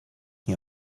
nie